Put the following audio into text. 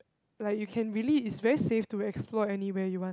like you can really it's very safe to explore anywhere you want